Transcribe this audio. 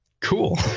Cool